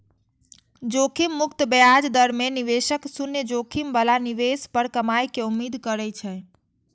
जोखिम मुक्त ब्याज दर मे निवेशक शून्य जोखिम बला निवेश पर कमाइ के उम्मीद करै छै